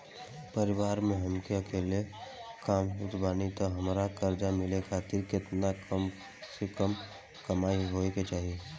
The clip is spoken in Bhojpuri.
परिवार में हम अकेले कमासुत बानी त हमरा कर्जा मिले खातिर केतना कम से कम कमाई होए के चाही?